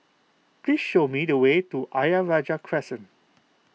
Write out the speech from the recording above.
please show me the way to Ayer Rajah Crescent